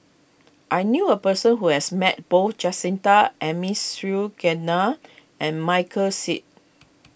I knew a person who has met both Jacintha and Michael Seet